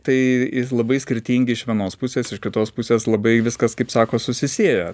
tai labai skirtingi iš vienos pusės iš kitos pusės labai viskas kaip sako susisieja